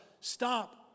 Stop